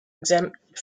exempted